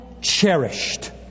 cherished